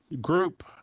group